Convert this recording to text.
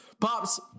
Pops